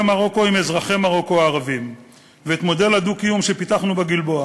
מרוקו עם אזרחי מרוקו הערבים ואת מודל הדו-קיום שפיתחנו בגלבוע.